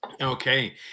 Okay